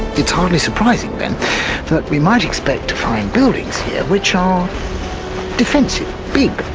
it's hardly surprising then, that we might expect to find buildings here which are defensive, big,